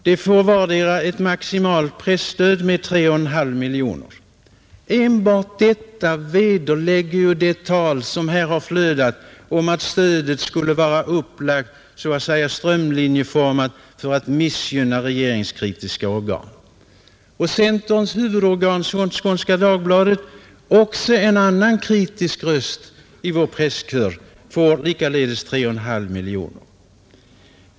De får vardera ett maximalt presstöd med 3,5 miljoner, Enbart detta vederlägger ju detta tal som här har flödat om att stödet skulle vara ”strömlinjeformat” för att missgynna regeringskritiska organ. Centerns huvudorgan, Skånska Dagbladet, en annan kritisk röst i vår presskör, får likaledes 3,5 miljoner.